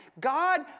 God